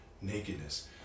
nakedness